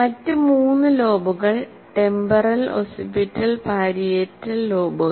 മറ്റ് മൂന്ന് ലോബുകൾ ടെമ്പറൽ ഒസിപിറ്റൽ പരിയേറ്റൽ ലോബുകൾ